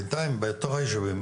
בינתיים בתוך הישובים,